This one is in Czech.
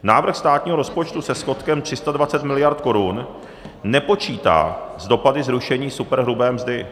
Návrh státního rozpočtu se schodkem 320 mld. korun nepočítá s dopady zrušení superhrubé mzdy.